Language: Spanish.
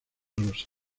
rosa